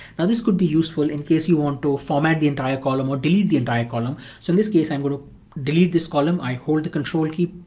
now this could be useful in case you want to format the entire column or delete the entire column. so in this case i'm going to delete this column. i hold the control key,